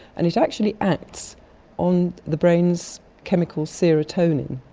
and it actually acts on the brain's chemical serotonin.